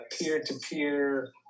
peer-to-peer